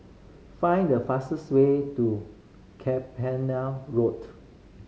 find the fastest way to Road